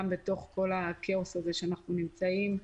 גם בתוך כל הכאוס הזה שאנחנו נמצאים,